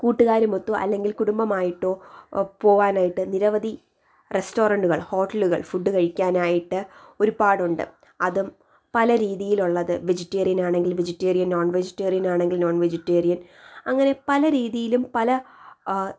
കൂട്ടുകാരുമൊത്തോ അല്ലെങ്കിൽ കുടുംബമായിട്ടൊ പോവാനായിട്ട് നിരവധി റസ്റ്റോറൻ്റുകൾ ഹോട്ടലുകൾ ഫുഡ്ഡ് കഴിക്കാനായിട്ട് ഒരുപാടുണ്ട് അതും പല രീതിയിലുള്ളത് വെജിറ്റേറിയനാണെങ്കിൽ വെജിറ്റേറിയൻ നോൺ വെജിറ്റേറിയനാണെങ്കിൽ നോൺ വെജിറ്റേറിയൻ അങ്ങനെ പല രീതിയിലും പല